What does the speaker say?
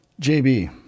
JB